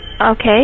Okay